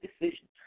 decision